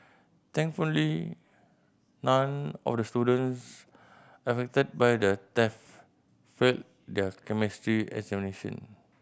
thankfully none of the students affected by the theft failed their Chemistry examination